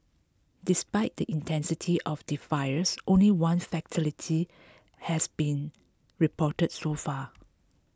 despite the intensity of the fires only one fatality has been reported so far